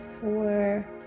four